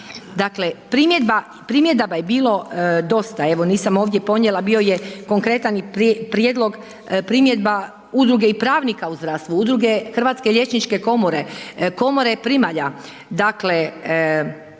Dakle, primjedaba je bilo dosta, evo nisam ovdje ponijela, bio je konkretan i prijedlog primjedba Udruge i pravnika u zdravstvu, Udruge Hrvatske liječničke komore, Komore primalja,